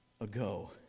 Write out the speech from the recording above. ago